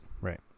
right